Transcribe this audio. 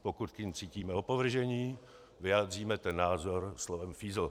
Pokud k nim cítíme opovržení, vyjádříme ten názor slovem fízl.